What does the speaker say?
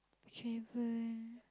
travel